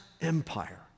empire